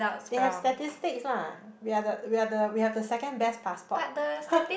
they have statistic lah we are the we are the we have the second best passport